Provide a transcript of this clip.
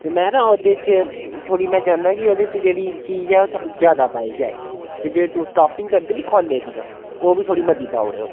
ते में नां ओह्दे च थोह्ड़ा में चाह्न्नां कि ओह्दे च जेह्ड़ी चीज ऐ ओह् थोह्ड़ी ज्यादा पाई जाए ते जे तुस टापिंग करदे नी कार्ने दियां ओह् बी थोह्ड़े मते पाउड़ेओ